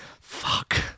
Fuck